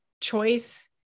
choice